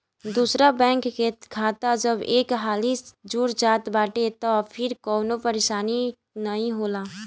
दूसरा बैंक के खाता जब एक हाली जुड़ जात बाटे तअ फिर कवनो परेशानी नाइ होला